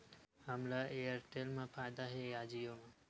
हमला एयरटेल मा फ़ायदा हे या जिओ मा?